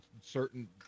certain